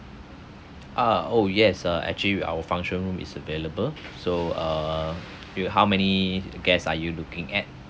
ah oh yes uh actually we our function room is available so uh you how many guests are you looking at